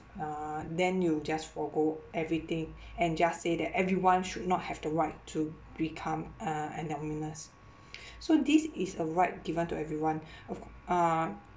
uh then you just forgo everything and just say that everyone should not have the right to become uh so this is a right given to everyone of uh